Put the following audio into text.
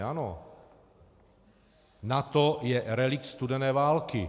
Ano, NATO je relikt studené války.